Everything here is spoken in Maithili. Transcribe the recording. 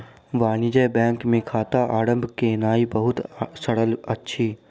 वाणिज्य बैंक मे खाता आरम्भ केनाई बहुत सरल अछि